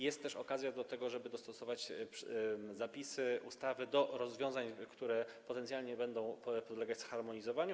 Jest to też okazja do tego, żeby dostosować zapisy ustawy do rozwiązań, które potencjalnie będą podlegać zharmonizowaniu.